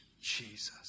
Jesus